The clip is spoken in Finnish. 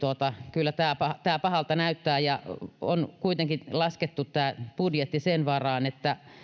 kyllä tämä pahalta näyttää tämä budjetti on kuitenkin laskettu sen varaan että